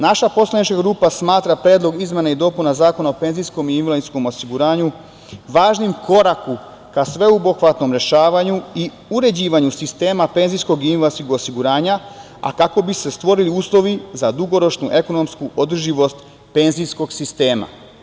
Naša poslanička grupa smatra Predlog izmena i dopuna Zakona o penzijskom i invalidskom osiguranju važnim korakom ka sveobuhvatnom rešavanju i uređivanju sistema penzijskog i invalidskog osiguranja, a kako bi se stvorili uslovi za dugoročnu ekonomsku održivost penzijskog sistema.